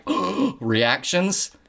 reactions